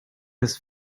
his